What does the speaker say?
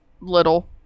little